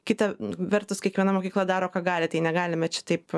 kita vertus kiekviena mokykla daro ką gali tai negalime čia taip